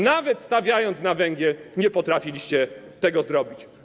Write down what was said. Nawet stawiając na węgiel, nie potrafiliście tego zrobić.